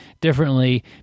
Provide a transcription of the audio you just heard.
differently